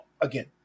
again